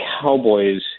Cowboys